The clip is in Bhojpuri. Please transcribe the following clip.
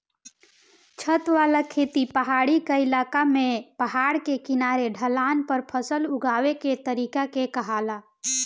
छत वाला खेती पहाड़ी क्इलाका में पहाड़ के किनारे ढलान पर फसल उगावे के तरीका के कहाला